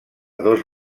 dos